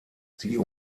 sie